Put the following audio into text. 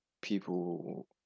people